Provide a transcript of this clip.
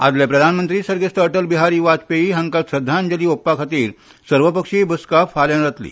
आदले प्रधानमंत्री सर्गेस्त अटल बिहारी वाजपेय हांका श्रद्धांजली ओप्पा खातीर सर्व पक्षीय बसका फाल्या जातली